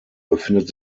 befindet